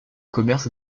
commerce